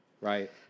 right